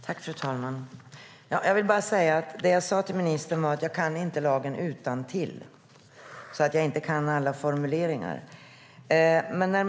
Fru talman! Jag vill bara säga att det jag sade till ministern var att jag inte kan lagen utantill och att jag därför inte kan alla formuleringar.